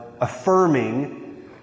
affirming